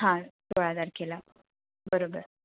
हां सोळा तारखेला बरोबर